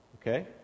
Okay